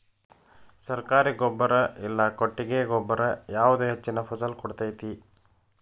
ಸರ್ಕಾರಿ ಗೊಬ್ಬರ ಇಲ್ಲಾ ಕೊಟ್ಟಿಗೆ ಗೊಬ್ಬರ ಯಾವುದು ಹೆಚ್ಚಿನ ಫಸಲ್ ಕೊಡತೈತಿ?